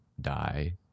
die